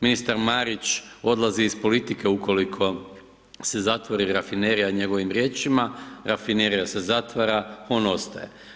Ministar Marić odlazi iz politike ukoliko se zatvori rafinerija njegovim riječima, rafinerija se zatvara, on ostaje.